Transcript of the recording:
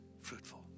fruitful